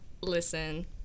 listen